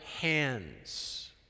hands